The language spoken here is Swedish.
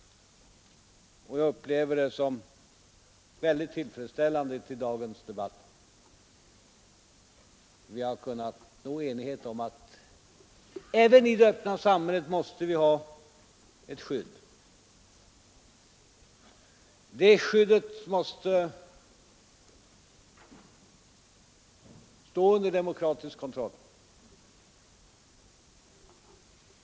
Och jag upplever det som väldigt tillfredsställande i dagens debatt, att vi har kunnat nå enighet om att även i det öppna samhället måste vi ha ett skydd. Det skyddet måste stå under demokratisk kontroll.